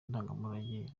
ndangamurage